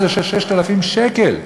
שזה 6,000 שקל.